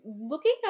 looking